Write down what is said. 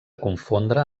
confondre